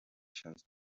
chance